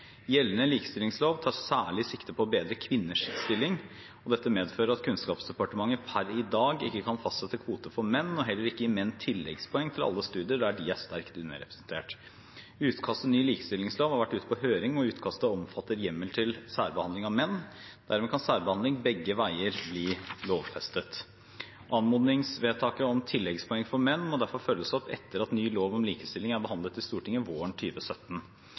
Gjeldende likestillingslov tar særlig sikte på å bedre kvinners stilling, og dette medfører at Kunnskapsdepartementet per i dag ikke kan fastsette kvote for menn og heller ikke gi menn tilleggspoeng til alle studier der de er sterkt underrepresentert. Utkastet til ny likestillingslov har vært ute på høring, og utkastet omfatter hjemmel til særbehandling av menn. Dermed kan særbehandling begge veier bli lovfestet. Anmodningsvedtaket om tilleggspoeng for menn må derfor følges opp etter at ny lov om likestilling er behandlet i Stortinget våren